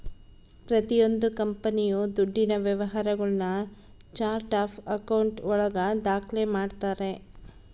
ಪ್ರತಿಯೊಂದು ಕಂಪನಿಯು ದುಡ್ಡಿನ ವ್ಯವಹಾರಗುಳ್ನ ಚಾರ್ಟ್ ಆಫ್ ಆಕೌಂಟ್ ಒಳಗ ದಾಖ್ಲೆ ಮಾಡ್ತಾರೆ